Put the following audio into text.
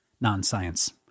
non-science